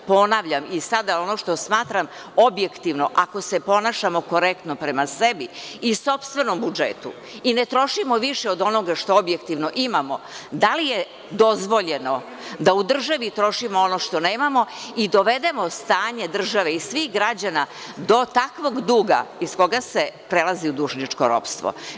Ponavljam i sada ono što smatram objektivno, ako se ponašamo korektno prema sebi i sopstvenom budžetu i ne trošimo više od onoga što objektivno imamo, da li je dozvoljeno da u državi trošimo ono što nemamo i dovedemo stanje države i svih građana do takvog duga iz koga se prelazi u dužničko ropstvo?